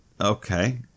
okay